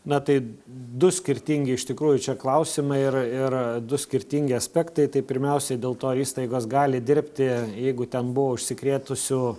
na tai du skirtingi iš tikrųjų čia klausimai ir ir du skirtingi aspektai tai pirmiausiai dėl to įstaigos gali dirbti jeigu ten buvo užsikrėtusių